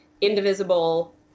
Indivisible